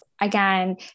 again